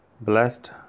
blessed